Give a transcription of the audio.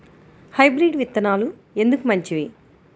Hybrid విత్తనాలు ఎందుకు మంచివి?